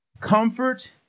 Comfort